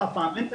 פעם אין,